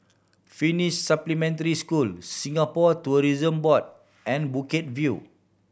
Finnish Supplementary School Singapore Tourism Board and Bukit View